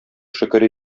шөкер